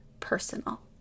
personal